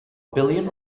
billion